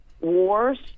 wars